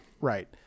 Right